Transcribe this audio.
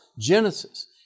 Genesis